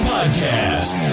Podcast